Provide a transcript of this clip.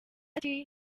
ati